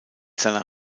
seiner